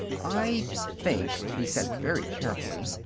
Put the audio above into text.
i think, he said very carefully,